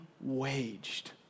waged